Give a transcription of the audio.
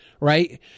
right